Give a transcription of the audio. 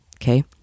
Okay